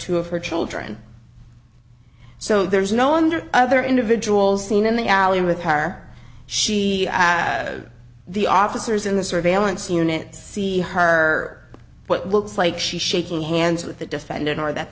to her children so there's no wonder other individuals seen in the alley with her or she the officers in the surveillance unit see her what looks like she's shaking hands with the defendant or that